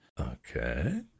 Okay